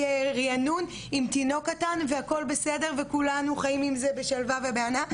ריענון עם תינוק קטן והכול בסדר וכולנו חיים עם זה בשלווה ובהנאה,